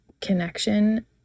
connection